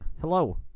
hello